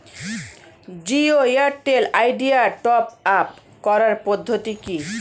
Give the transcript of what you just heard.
Jio Airtel Idea top up করার পদ্ধতি কি?